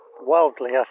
wildly